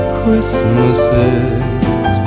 Christmases